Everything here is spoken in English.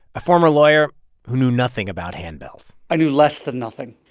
a former lawyer who knew nothing about handbells i knew less than nothing.